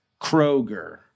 Kroger